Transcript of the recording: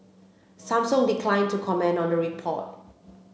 Samsung declined to comment on the report